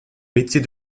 métier